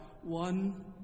one